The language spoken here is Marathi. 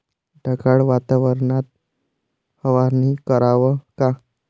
ढगाळ वातावरनात फवारनी कराव का?